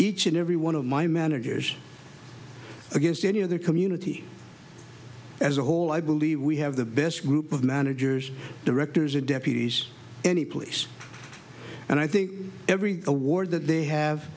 each and every one of my managers against any other community as a whole i believe we have the best group of managers directors of deputies anyplace and i think every award that they have